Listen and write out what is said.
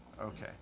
Okay